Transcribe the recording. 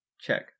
check